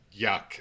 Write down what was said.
yuck